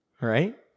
right